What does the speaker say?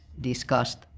discussed